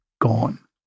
gone